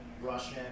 Russian